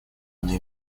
она